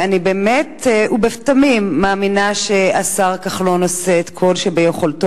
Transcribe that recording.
אני באמת ובתמים מאמינה שהשר כחלון עושה את כל שביכולתו